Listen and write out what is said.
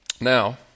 Now